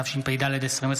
התשפ"ד 2023,